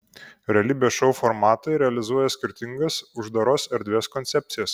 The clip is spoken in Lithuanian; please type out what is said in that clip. realybės šou formatai realizuoja skirtingas uždaros erdvės koncepcijas